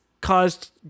caused